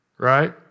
Right